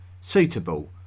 suitable